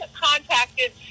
contacted